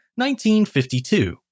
1952